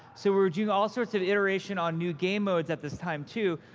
so we were doing all sorts of iteration on new game modes at this time, too.